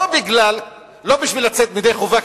לא כדי לצאת ידי חובה,